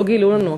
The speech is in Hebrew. לא גילו לנו הכול.